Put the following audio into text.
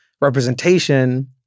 representation